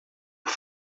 por